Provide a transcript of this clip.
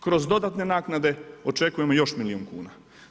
Kroz dodatne naknade očekujemo još milijun kuna.